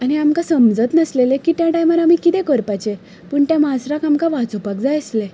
आनी आमकां समजत नासलें की त्या टायमार आमी कितें करपाचें पूण त्या माजराक आमकां वाचोवपाक जाय आसलें